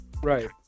Right